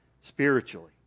spiritually